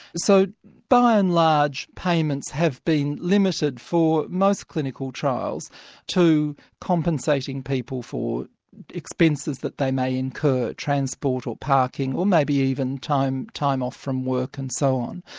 so by and large, payments have been limited for most clinical trials to compensating people for expenses that they may incur, transport or parking or maybe even time time off from work and so on.